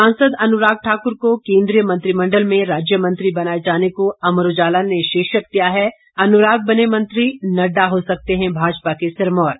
सांसद अनुराग ठाक्र को केंद्रीय मंत्रिमंडल में राज्य मंत्री बनाए जाने को अमर उजाला ने शीर्षक दिया है अनुराग बने मंत्री नडडा हो सकते हैं भाजपा के सिरमौर